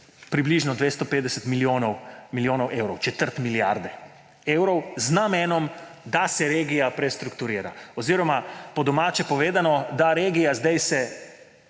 približno 250 milijonov evrov, četrt milijarde evrov; z namenom, da se regija prestrukturira. Oziroma po domače povedano, da se sedaj